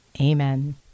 Amen